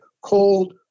cold